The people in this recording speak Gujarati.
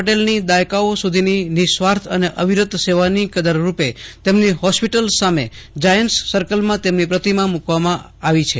પટેલ ની દાયકાઓ સુધી ની નિસ્વાર્થ અને અવિરત સેવાની કદરરૂપે તેમની હોસ્પિટલ સામે જાયન્ટ્સ સર્કલમાં તેમની પ્રતિમા મુકવામાં આવી છે